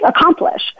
accomplish